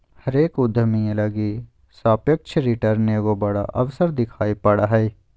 हरेक उद्यमी लगी सापेक्ष रिटर्न एगो बड़ा अवसर दिखाई पड़ा हइ